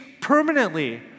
permanently